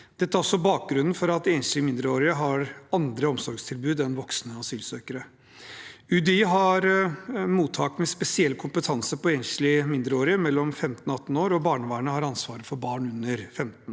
Dette er bakgrunnen for at enslige mindreårige har andre omsorgstilbud enn voksne asylsøkere. UDI har mottak med spesiell kompetanse på enslige mindreårige mellom 15 og 18 år, og barnevernet har ansvaret for barn under 15.